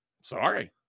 Sorry